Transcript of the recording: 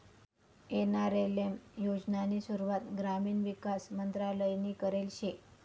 NRLM योजनानी सुरुवात ग्रामीण विकास मंत्रालयनी करेल शे